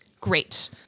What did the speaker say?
Great